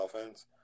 offense